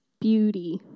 beauty